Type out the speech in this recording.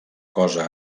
cosa